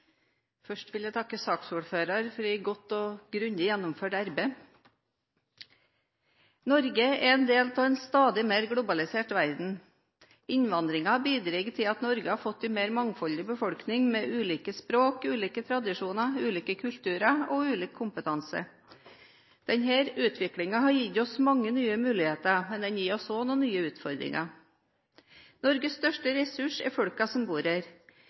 Først vil jeg takke saksordføreren for et godt og grundig gjennomført arbeid. Norge er en del av en stadig mer globalisert verden. Innvandringen har bidratt til at Norge har fått en mer mangfoldig befolkning med ulike språk, tradisjoner, kulturer og ulik kompetanse. Denne utviklingen har gitt oss mange nye muligheter, men den gir oss også nye utfordringer. Norges største ressurs er folkene som bor